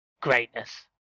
greatness